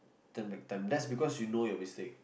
turn back time that's because you know your mistake